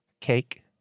cake